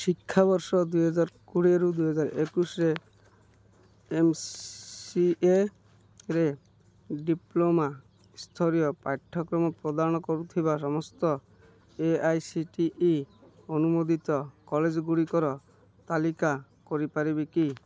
ଶିକ୍ଷାବର୍ଷ ଦୁଇହଜାର କୋଡ଼ିଏରୁ ଦୁଇହଜାର ଏକୋଇଶରେ ଏମ୍ସିଏରେ ଡିପ୍ଲୋମା ସ୍ତରୀୟ ପାଠ୍ୟକ୍ରମ ପ୍ରଦାନ କରୁଥିବା ସମସ୍ତ A I C T E ଅନୁମୋଦିତ କଲେଜ ଗୁଡ଼ିକର ତାଲିକା କରିପାରିବେ କି